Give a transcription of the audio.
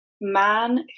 man